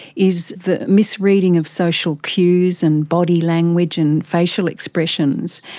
is the misreading of social cues and body language and facial expressions.